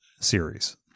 series